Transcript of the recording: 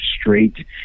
straight